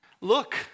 Look